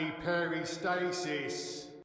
peristasis